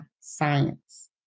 science